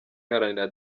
iharanira